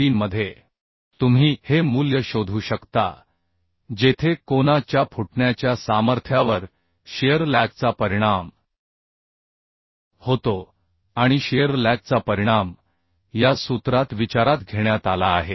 3 मध्ये तुम्ही हे मूल्य शोधू शकता जेथे कोना च्या फुटण्याच्या सामर्थ्यावर शिअर लॅगचा परिणाम होतो आणि शिअर लॅगचा परिणाम या सूत्रात विचारात घेण्यात आला आहे